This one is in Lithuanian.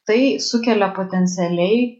tai sukelia potencialiai